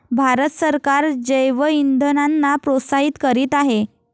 भारत सरकार जैवइंधनांना प्रोत्साहित करीत आहे